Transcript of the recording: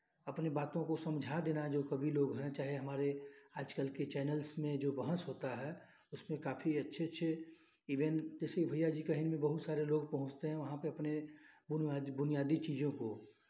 अपने बातों को समझा देना ही जो सभी लोग हैं चाहे हमारे आजकल के चैनल्स में जो बहस होता है उसमें काफी अच्छे अच्छे इभेन जैसे भैया जी कहिन में बहुत सारे लोग पहुँचते हैं वहाँ पे अपने बुनियादी चीज़ों को